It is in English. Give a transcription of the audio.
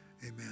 amen